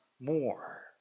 more